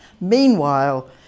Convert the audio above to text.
Meanwhile